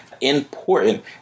important